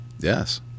Yes